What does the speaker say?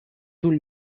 طول